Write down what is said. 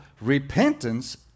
repentance